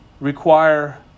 require